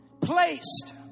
placed